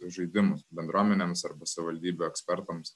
žaidimus bendruomenėms arba savivaldybių ekspertams